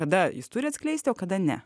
kada jis turi atskleisti o kada ne